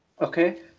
okay